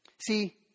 See